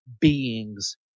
beings